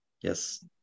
Yes